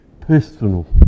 personal